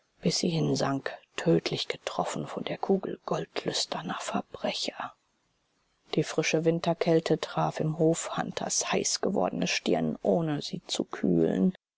bis sie hinsank tödlich getroffen von der kugel goldlüsterner verbrecher die frische winterkälte traf im hof hunters heiß gewordene stirn ohne sie zu kühlen